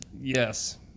Yes